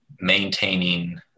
maintaining